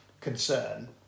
concern